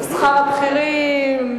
שכר הבכירים,